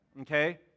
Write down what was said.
okay